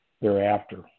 thereafter